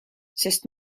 sest